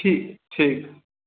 ठीक ठीक